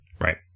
right